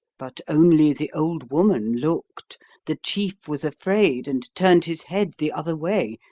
but only the old woman looked the chief was afraid, and turned his head the other way,